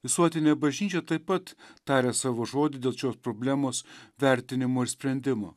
visuotinė bažnyčia taip pat tarė savo žodį dėl šios problemos vertinimo ir sprendimo